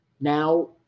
now